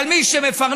על מי שמפרנס,